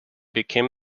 became